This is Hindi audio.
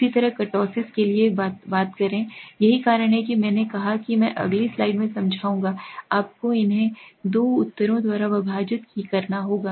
उसी तरह कर्टोसिस के लिए बात यही कारण है कि मैंने कहा कि मैं अगली स्लाइड में समझाऊंगा आपको इन्हें दो और जांच विभाजित करना होगा